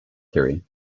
theory